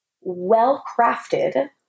well-crafted